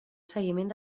seguiment